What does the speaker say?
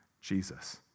Jesus